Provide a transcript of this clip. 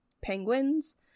penguins